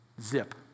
zip